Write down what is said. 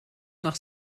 nach